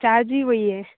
charge ही वही है